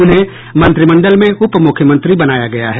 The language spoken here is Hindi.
उन्हें मंत्रिमंडल में उप मुख्यमंत्री बनाया गया है